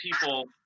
people